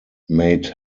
made